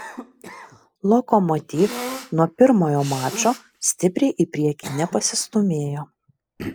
lokomotiv nuo pirmojo mačo stipriai į priekį nepasistūmėjo